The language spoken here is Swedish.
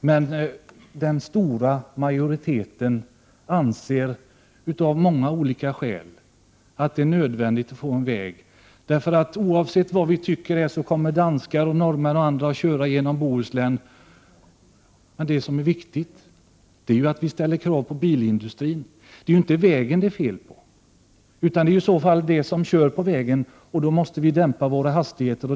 Men den stora majoriteten anser av många olika skäl att det är nödvändigt att få en väg. Oavsett vad vi tycker kommer danskar, norrmän och andra att köra genom Bohuslän. Men det som är viktigt är att vi ställer krav på bilindustrin. Det är inte vägen det är fel på. Det är i så fall den som kör på vägen det är fel på. Då måste vi dämpa våra hastigheter.